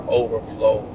overflow